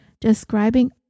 describing